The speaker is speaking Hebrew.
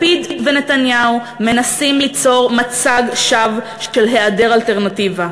לפיד ונתניהו מנסים ליצור מצג שווא של היעדר אלטרנטיבה,